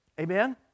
Amen